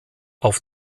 auf